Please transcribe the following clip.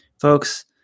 Folks